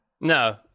no